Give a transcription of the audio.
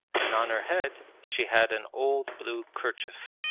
and on her head she had an old blue kerchief.